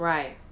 Right